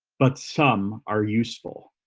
but some are useful.